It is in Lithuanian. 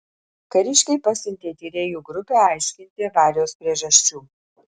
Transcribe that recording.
kariškiai pasiuntė tyrėjų grupę aiškinti avarijos priežasčių